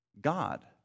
God